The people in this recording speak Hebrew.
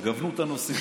שתגוונו את הנושאים,